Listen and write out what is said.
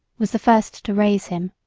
was the first to raise him.